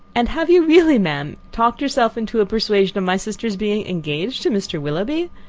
and have you really, ma'am, talked yourself into a persuasion of my sister's being engaged to mr. willoughby?